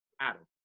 Adam